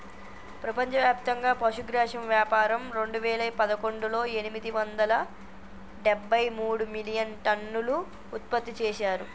ప్రపంచవ్యాప్తంగా పశుగ్రాసం వ్యాపారం రెండువేల పదకొండులో ఎనిమిది వందల డెబ్బై మూడు మిలియన్టన్నులు ఉత్పత్తి చేశారు